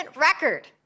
record